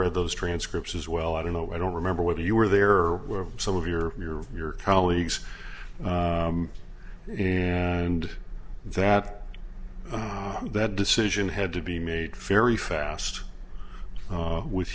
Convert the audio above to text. read those transcripts as well i don't know i don't remember whether you were there were some of your your your colleagues and that that decision had to be made very fast with